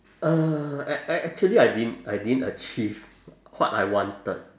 uh act~ act~ actually I didn't I didn't achieve what I wanted